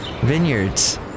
vineyards